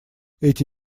эти